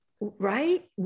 right